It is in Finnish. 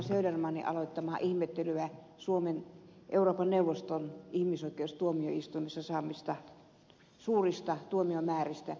södermanin aloittamaa ihmettelyä suomen euroopan neuvoston ihmisoikeustuomioistuimessa saamista suurista tuomiomääristä